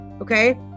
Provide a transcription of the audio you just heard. Okay